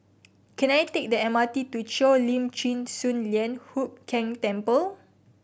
can I take the M R T to Cheo Lim Chin Sun Lian Hup Keng Temple